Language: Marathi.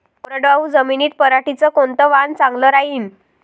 कोरडवाहू जमीनीत पऱ्हाटीचं कोनतं वान चांगलं रायीन?